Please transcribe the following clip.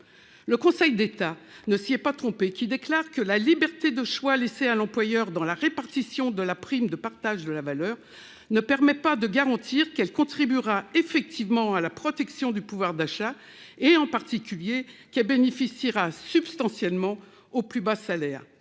Le Conseil d'État ne s'y est pas trompé :«[...] la liberté de choix laissée à l'employeur dans la répartition de la " prime de partage de la valeur "[...] ne permet pas de garantir qu'elle contribuera effectivement à la protection du pouvoir d'achat et, en particulier, qu'elle bénéficiera substantiellement aux plus bas salaires.